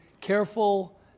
Careful